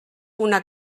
una